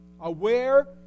aware